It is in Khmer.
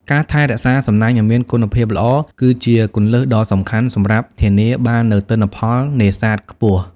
ការថែរក្សាសំណាញ់ឲ្យមានគុណភាពល្អ គឺជាគន្លឹះដ៏សំខាន់សម្រាប់ធានាបាននូវទិន្នផលនេសាទខ្ពស់។